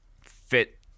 fit